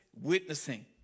Witnessing